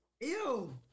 Ew